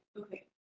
okay